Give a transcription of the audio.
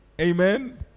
Amen